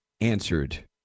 answered